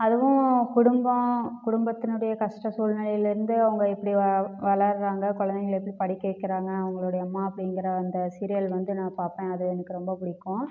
அதுவும் குடும்பம் குடும்பத்தினுடைய கஷ்டம் சூழ்நிலையிலேருந்து அவங்க எப்படி வ வளர்கிறாங்க குழந்தைங்கள எப்படி படிக்க வைக்கிறாங்க அவங்களுடைய அம்மா அப்படிங்கிற அந்த சீரியல் வந்து நான் பார்ப்பேன் அது எனக்கு ரொம்ப பிடிக்கும்